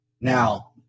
Now